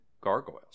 gargoyles